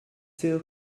sûr